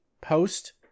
post